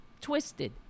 twisted